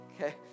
okay